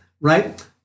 Right